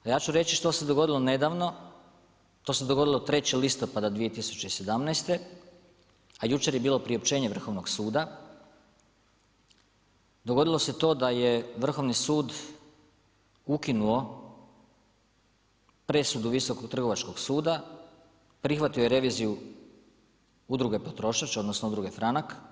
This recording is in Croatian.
A ja ću reći što se dogodilo nedavno, to se dogodilo 3.10.2017. a jučer je bio priopćenje Vrhovnog suda, dogodilo se to da je Vrhovni sud ukinuo presudu Visokog trgovačkog suda, prihvatio je reviziju udruge potrošač, odnosno, Udruge franak.